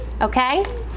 okay